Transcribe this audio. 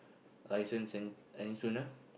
license any any sooner